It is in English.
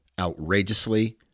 outrageously